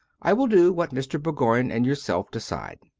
i will do what mr. bourgoign and yourself decide.